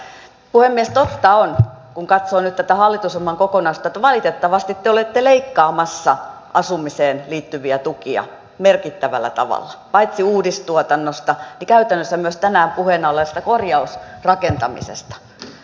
totta on kun katsoo nyt tätä hallitusohjelman kokonaisuutta että valitettavasti te olette leikkaamassa asumiseen liittyviä tukia merkittävällä tavalla paitsi uudistuotannosta käytännössä myös tänään puheena olleesta korjausrakentamisesta